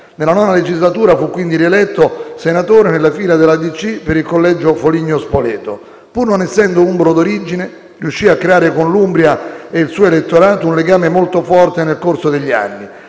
Nella IX legislatura fu rieletto senatore nelle fila della DC per il collegio Foligno-Spoleto. Pur non essendo umbro d'origine, riuscì a creare con l'Umbria e il suo elettorato un legame molto forte nel corso degli anni.